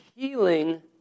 Healing